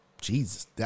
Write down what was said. Jesus